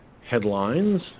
headlines